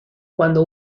cuando